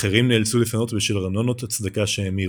אחרים נאלצו לפנות בשל ארנונות הצדקה שהאמירו.